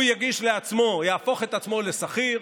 הוא יהפוך את עצמו לשכיר,